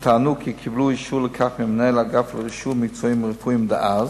וטענו כי קיבלו אישור לכך ממנהל אגף רישום מקצועות רפואיים דאז,